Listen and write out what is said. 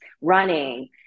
running